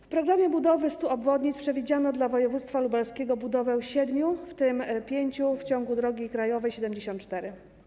W „Programie budowy 100 obwodnic” przewidziano dla województwa lubelskiego budowę siedmiu obwodnic, w tym pięciu w ciągu drogi krajowej nr 74.